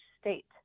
state